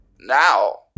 now